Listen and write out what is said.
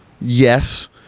yes